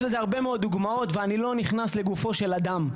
יש לזה הרבה מאוד דוגמאות ואני לא נכנס לגופו של אדם.